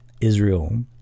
Israel